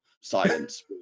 silence